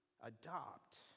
adopt